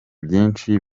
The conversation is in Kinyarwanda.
byinshi